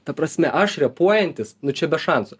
ta prasme aš repuojantis nu čia be šansų